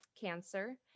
cancer